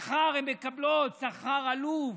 הן מקבלות שכר עלוב,